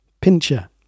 Pincher